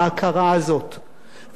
וזה דורש מאתנו איפוק.